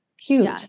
Huge